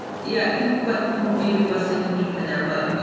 yeah, i think what maybe wesley can jump in there, but,